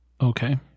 Okay